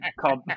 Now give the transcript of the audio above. called